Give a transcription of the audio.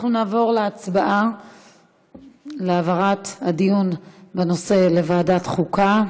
אנחנו נעבור להצבעה על העברת הדיון בנושא לוועדת החוקה.